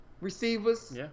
receivers